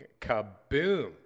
kaboom